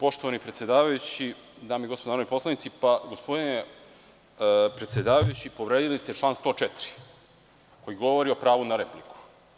Poštovani predsedavajući, dame i gospodo narodni poslanici, gospodine predsedavajući povredili ste član 104. koji govori o pravu na repliku.